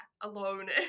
alone